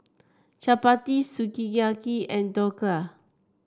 Chapati Sukiyaki and Dhokla